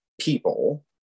people